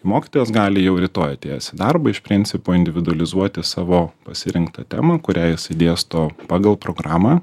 mokytojas gali jau rytoj atėjęs į darbą iš principo individualizuoti savo pasirinktą temą kurią jisai dėsto pagal programą